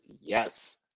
yes